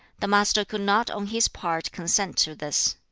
the master could not on his part consent to this.